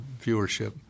viewership